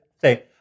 say